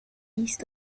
east